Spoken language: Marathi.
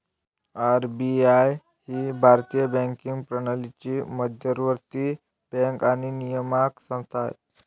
आर.बी.आय ही भारतीय बँकिंग प्रणालीची मध्यवर्ती बँक आणि नियामक संस्था आहे